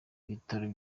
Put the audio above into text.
ibitero